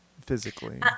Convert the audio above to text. Physically